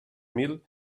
mil